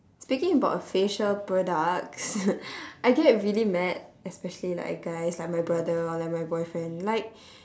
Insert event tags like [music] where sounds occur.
speaking about facial products [laughs] I get really mad especially like guys like my brother or like my boyfriend like